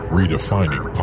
Redefining